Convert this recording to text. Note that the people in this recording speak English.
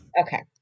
Okay